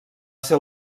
ser